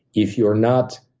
if you're not